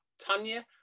Tanya